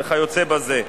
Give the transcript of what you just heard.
וכיוצא בזה,